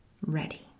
ready